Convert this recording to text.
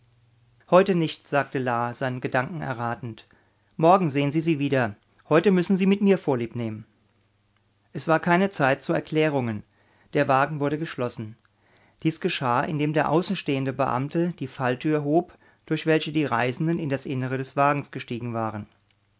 heute nicht sagte la seinen gedanken erratend morgen sehen sie sie wieder heute müssen sie mit mir vorliebnehmen es war keine zeit zu erklärungen der wagen wurde geschlossen dies geschah indem der außenstehende beamte die falltür hob durch welche die reisenden in das innere des wagens gestiegen waren